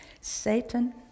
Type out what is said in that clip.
Satan